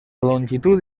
longitud